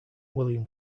william